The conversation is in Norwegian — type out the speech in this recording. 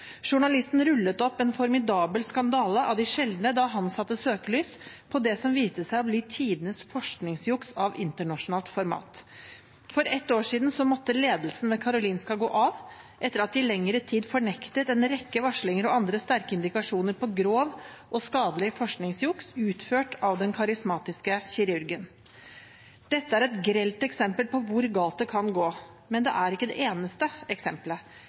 Journalisten rullet opp en formidabel skandale av de sjeldne da han satte søkelys på det som viste seg å bli tidenes forskningsjuks av internasjonalt format. For ett år siden måtte ledelsen ved Karolinska gå av etter at de i lengre tid fornektet en rekke varslinger og andre sterke indikasjoner på grovt og skadelig forskningsjuks utført av den karismatiske kirurgen. Dette er et grelt eksempel på hvor galt det kan gå, men det er ikke det eneste eksempelet.